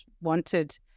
wanted